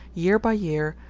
year by year,